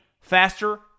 faster